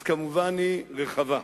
אז כמובן היא רחבה.